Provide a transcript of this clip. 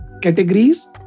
categories